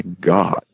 God